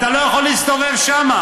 אתה לא יכול להסתובב שם.